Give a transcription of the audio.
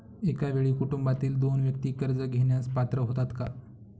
एका वेळी कुटुंबातील दोन व्यक्ती कर्ज घेण्यास पात्र होतात का?